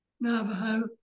Navajo